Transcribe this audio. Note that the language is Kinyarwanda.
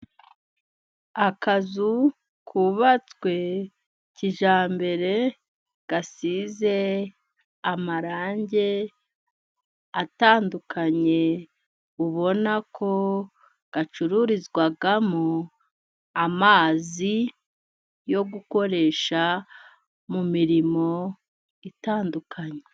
Akazu kubabatswe kijyambere gasize amarange atandukanye ubona ko gacururizwamo amazi yo gukoresha mu mirimo itandukanye.